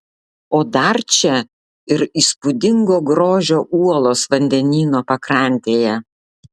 o dar čia ir įspūdingo grožio uolos vandenyno pakrantėje